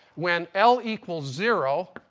when l equals zero,